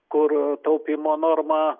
kur taupymo norma